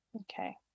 okay